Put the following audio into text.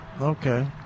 Okay